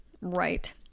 right